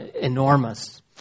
enormous